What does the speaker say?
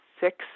six